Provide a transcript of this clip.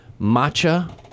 matcha